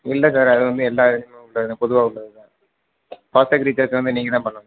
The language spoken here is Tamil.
இல்லை சார் அது வந்து எல்லா இதுலையுமே உள்ளது தான் பொதுவாக உள்ளது தான் ஃபாஸ்ட்டிராக் ரீசார்ஜ் வந்து நீங்கள் தான் பண்ணனும்